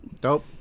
Dope